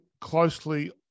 closely